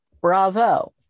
bravo